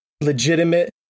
legitimate